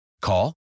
Call